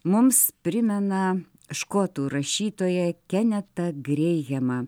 mums primena škotų rašytoja kenetą greihemą